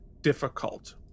difficult